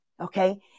Okay